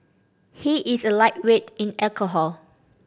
he is a lightweight in alcohol